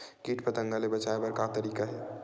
कीट पंतगा ले बचाय बर का तरीका हे?